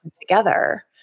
together